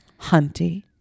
hunty